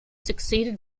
succeeded